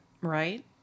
Right